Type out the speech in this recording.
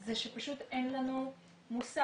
זה שפשוט אין לנו מושג.